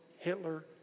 Hitler